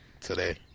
today